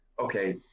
okay